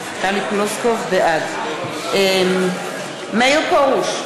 פלוסקוב, בעד מאיר פרוש,